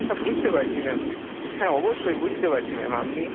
হ্যাঁ বুঝতে পারছি ম্যাম হ্যাঁ অবশ্যই বুঝতে পারছি ম্যাম আপনি